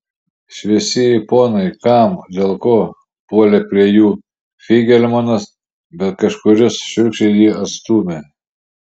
šviesieji ponai kam dėl ko puolė prie jų feigelmanas bet kažkuris šiurkščiai jį atstūmė